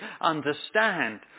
understand